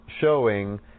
showing